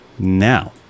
Now